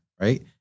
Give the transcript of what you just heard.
right